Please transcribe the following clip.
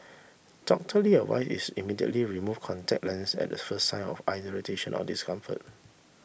Doctor Lee advice is immediately remove contact lenses at the first sign of eye irritation or discomfort